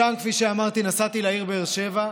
משם, כפי שאמרתי, נסעתי לעיר באר שבע,